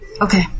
Okay